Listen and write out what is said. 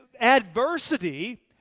adversity